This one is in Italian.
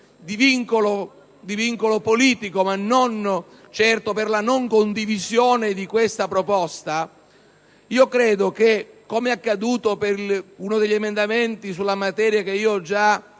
di vincolo politico e non certo alla non condivisione della proposta, credo che, com'è accaduto per uno degli emendamenti sulla materia che ho già